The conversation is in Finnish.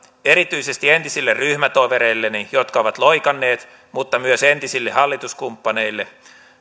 erityisesti entisille ryhmätovereilleni jotka ovat loikanneet mutta myös entisille hallituskumppaneille